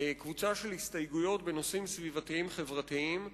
קבוצה של הסתייגויות בנושאים סביבתיים חברתיים,